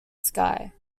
sky